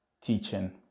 teaching